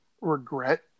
regret